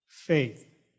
faith